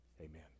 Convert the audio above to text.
Amen